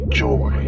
joy